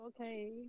okay